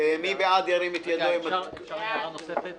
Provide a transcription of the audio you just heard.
אני מבקש להעיר הערה נוספת.